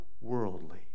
worldly